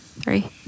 Three